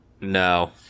No